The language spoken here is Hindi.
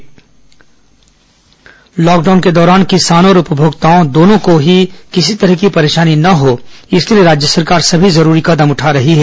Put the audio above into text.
कोरोना कृषि लॉकडाउन के दौरान किसानों और उपभोक्ताओं दोनों को ही किसी भी तरह की परेशानी न हो इसके लिए राज्य सरकार सभी जरूरी कदम उठा रही है